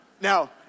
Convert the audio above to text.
Now